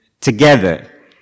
together